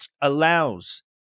allows